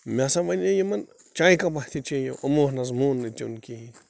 مےٚ ہسا ؤنے یِمن چایہِ کپاہ تہِ چیٚیِو یِمو نہَ حظ مون نہٕ کِہیٖنٛۍ